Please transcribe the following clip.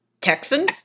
Texan